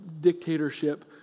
dictatorship